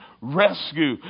rescue